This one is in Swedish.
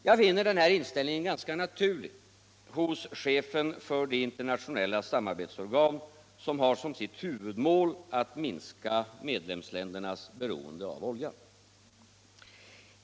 Jag finner den här inställningen ganska naturlig hos chefen för det internationella samarbetsorgan som har som sitt huvudmål att minska medlemsländernas beroende av olja.